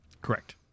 Correct